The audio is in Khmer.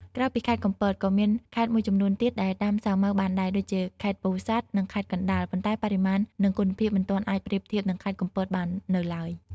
ក្រៅពីខេត្តកំពត ក៏មានខេត្តមួយចំនួនទៀតដែលដាំសាវម៉ាវបានដែរ ដូចជា ខេត្តពោធិ៍សាត់ និង ខេត្តកណ្ដាល ប៉ុន្តែបរិមាណនិងគុណភាពមិនទាន់អាចប្រៀបធៀបនឹងខេត្តកំពតបាននៅឡើយ។